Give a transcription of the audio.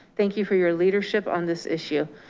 thank you for your leadership on this issue.